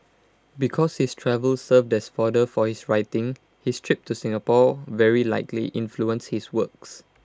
because his travels served as fodder for his writing his trip to Singapore very likely influenced his works